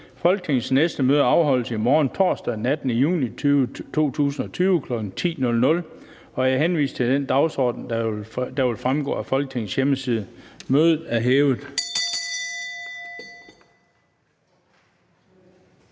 Folketingets næste møde afholdes i morgen, torsdag den 18. juni 2020, kl. 10.00. Jeg henviser til den dagsorden, der vil fremgå af Folketingets hjemmeside. Mødet er hævet.